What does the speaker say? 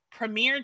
premiered